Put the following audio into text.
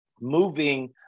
moving